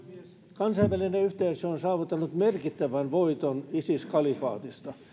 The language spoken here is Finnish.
kansainvälinen yhteisö on saavuttanut merkittävän voiton isis kalifaatista